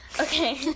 Okay